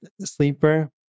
sleeper